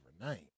overnight